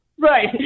Right